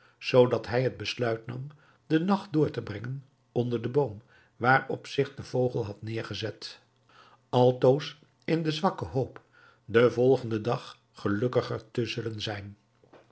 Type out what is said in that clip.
zoodat hij het besluit nam den nacht door te brengen onder den boom waarop zich de vogel had neêrgezet altoos in de zwakke hoop den volgenden dag gelukkiger te zullen zijn